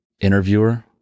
interviewer